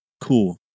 Cool